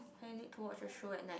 I need to watch a show at night